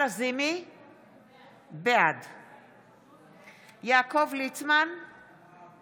נטיעות כאלה, בדרך מסוימת, גם בשנת שמיטה.